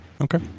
Okay